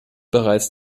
bereits